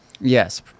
Yes